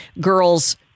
girls